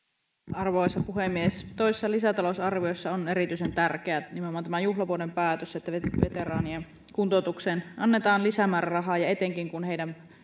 arvoisa puhemies toisessa lisätalousarviossa on erityisen tärkeää nimenomaan tämä juhlavuoden päätös että veteraanien kuntoutukseen annetaan lisämääräraha etenkin kun heidän